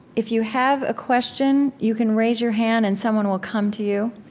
if you have a question, you can raise your hand, and someone will come to you.